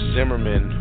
Zimmerman